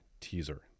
teaser